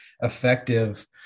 effective